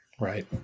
right